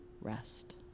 rest